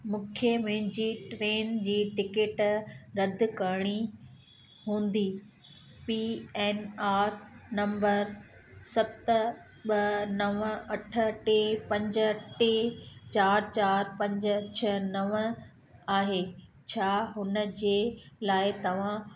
मूंखे मुंहिंजी ट्रेन जी टिकट रद करिणी हूंदी पी एन आर नंबर सत ॿ नव अठ टे पंज टे चार चार पंज छह नव आहे छा हुन जे लाइ तव्हां